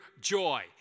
joy